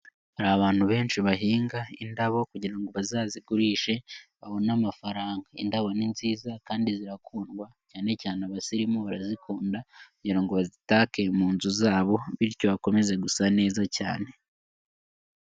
Hari abantu benshi bahinga indabo kugira ngo bazazigurishe babone amafaranga, indabo ni nziza kandi zirakundwa, cyane cyane abasirimu barazikunda kugira ngo bazitake mu nzu zabo bityo hakomeze gusa neza cyane.